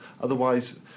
otherwise